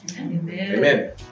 Amen